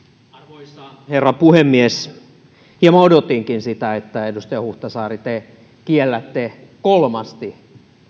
arvoisa herra puhemies hieman odotinkin sitä että edustaja huhtasaari te kiellätte kolmasti